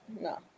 No